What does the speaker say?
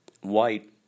white